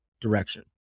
direction